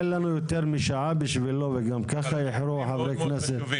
אין לנו יותר משעה בשבילו וגם ככה איחרו חברי הכנסת.